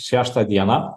šeštą dieną